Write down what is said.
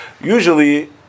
Usually